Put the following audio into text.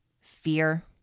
fear